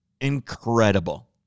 incredible